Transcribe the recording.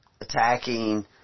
attacking